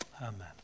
Amen